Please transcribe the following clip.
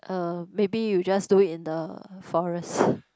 uh maybe you just do it in the forest